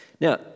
now